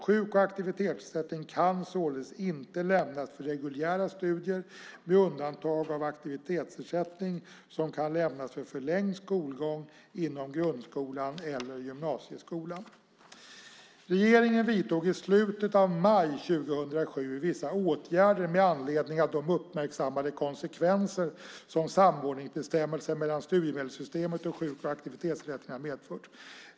Sjuk och aktivitetsersättning kan således inte lämnas för reguljära studier, med undantag av aktivitetsersättning som kan lämnas för förlängd skolgång inom grundskolan eller gymnasieskolan. Regeringen vidtog i slutet av maj 2007 vissa åtgärder med anledning av de uppmärksammade konsekvenser som samordningsbestämmelsen mellan studiemedelssystemet och sjuk och aktivitetsersättningen har medfört.